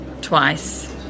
twice